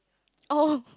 oh